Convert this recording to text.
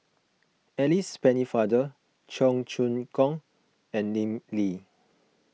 Alice Pennefather Cheong Choong Kong and Lim Lee